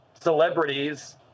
celebrities